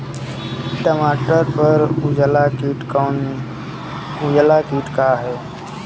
टमाटर पर उजला किट का है?